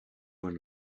were